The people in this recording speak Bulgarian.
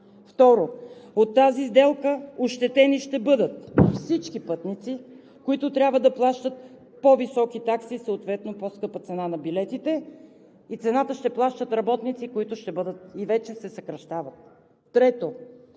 Второ, от тази сделка ощетени ще бъдат всички пътници, които трябва да плащат по-високи такси, съответно по-скъпа цена на билетите, и цената ще плащат работници, които ще бъдат и вече се съкращават. Трето,